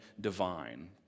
divine